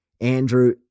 Andrew